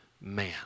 man